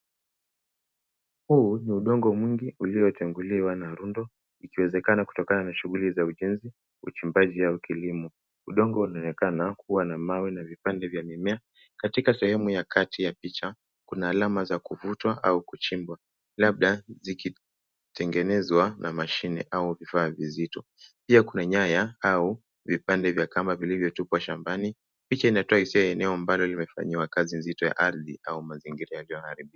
Huu ni udongo mwingi uliotenguliwa na rundo ikiwezekana kutokana na shughuli za ujenzi, uchimbaji au kilimo. Udongo unaonekana kuwa na mawe na vipande vya mimea. Katika sehemu ya kati ya picha kuna alama za kuvutwa au kuchimbwa labda zikitengenezwa na mashine au vifaa vizito. Pia kuna nyaya au vipande vya kamba vilivyotupwa shambani. Picha inatoa hisia ya eneo ambalo limefanyiwa kazi nzito ya ardhi au mazingira yaliyoharibika.